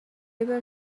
able